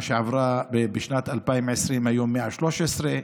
בשנת 2020 היו 113,